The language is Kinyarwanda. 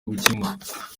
gukemura